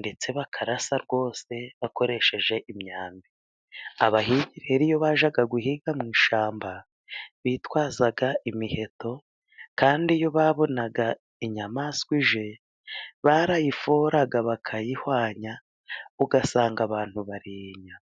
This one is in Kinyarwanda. ,ndetse bakarasa rwose bakoresheje imyambi. Abahigi rero iyo bajyaga guhiga mu ishyamba bitwazaga imiheto. Kandi iyo babonaga inyamaswa ije, barayiforaga ,bakayihwanya , ugasanga abantu bariye inyama.